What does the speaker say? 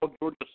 Georgia